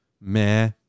meh